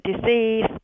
disease